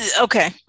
Okay